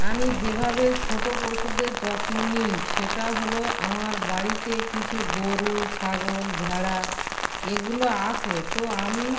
আমি যেভাবে ছোটো পশুদের যত্ন নিই সেটা হলো আমার বাড়িতে কিছু গরু ছাগল ভেড়া এগুলো আসে তো আমি